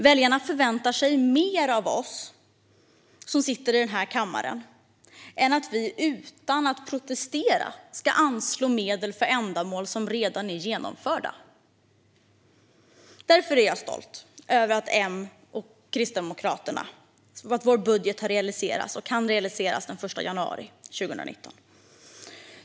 Väljarna förväntar sig mer av oss som sitter i den här kammaren än att vi utan att protestera ska anslå medel för ändamål som redan är genomförda. Därför är jag stolt över att Moderaternas och Kristdemokraternas budget kan realiseras den 1 januari 2019.